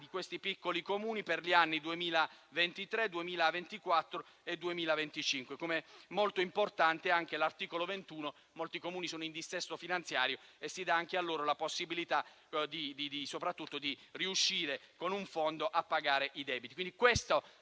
nei piccoli Comuni, negli anni 2023, 2024 e 2025. Molto importante è anche l'articolo 21. Molti Comuni sono in dissesto finanziario e si dà anche a loro la possibilità di riuscire a pagare, con un fondo, i debiti.